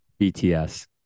BTS